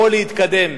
או להתקדם.